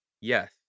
Yes